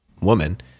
woman